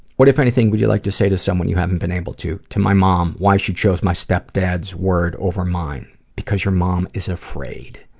what if anything would you like to say to someone but haven't been able to? to? my mom, why she chose my step dad's word over mine. because your mom is afraid.